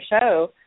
show